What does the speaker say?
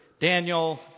Daniel